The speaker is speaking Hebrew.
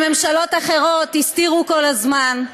ממשלות אחרות הסתירו כל הזמן.